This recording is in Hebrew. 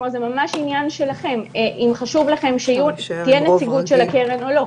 זה ממש עניין שלכם אם חשוב לכם שתהיה נציגות של הקרן או לא.